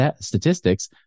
statistics